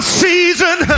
season